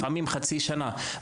לפעמים חצי שנה.